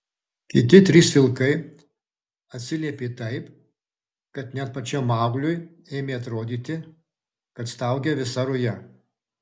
kiti trys vilkai atsiliepė taip kad net pačiam maugliui ėmė atrodyti kad staugia visa ruja